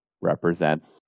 represents